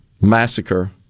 massacre